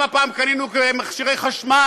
פעם קנינו שם מכשירי חשמל,